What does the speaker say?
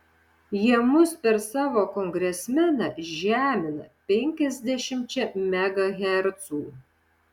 jie mus per savo kongresmeną žemina penkiasdešimčia megahercų